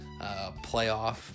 playoff